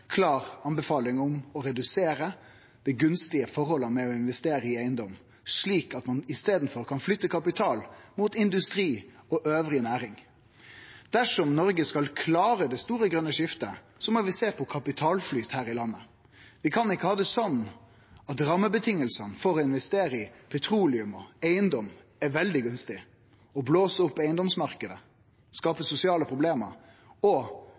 klar anbefaling om å redusere det gunstige forholdet ved å investere i eigedom, slik at ein i staden kan flytte kapital mot industri og næring elles. Dersom Noreg skal klare det store, grøne skiftet, må vi sjå på kapitalflyt her i landet. Vi kan ikkje ha det slik at rammevilkåra for å investere i petroleum og eigedom er veldig gunstige. Å blåse opp eigedomsmarknaden skaper sosiale problem og